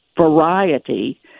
variety